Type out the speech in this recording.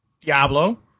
Diablo